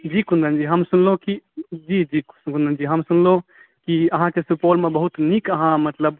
जी कुन्दनजी हम सुनलहुँ कि जी जी कुन्दनजी हम सुनलहुँ अहाँकेँ सुपौलमे बहुत नीक अहाँ मतलब